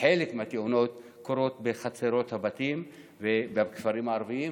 חלק מהתאונות קורות בחצרות הבתים בכפרים הערביים,